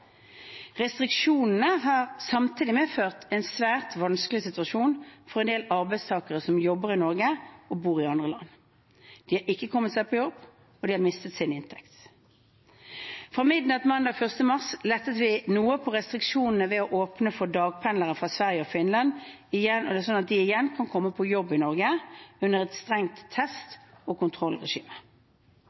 Restriksjonene har samtidig medført en svært vanskelig situasjon for en del arbeidstakere som jobber i Norge og bor i andre land. De har ikke kommet seg på jobb, og de har mistet sin inntekt. Fra midnatt mandag 1. mars lettet vi noe på restriksjonene ved å åpne for at dagpendlere fra Sverige og Finland igjen kan komme på jobb i Norge under et strengt test- og kontrollregime.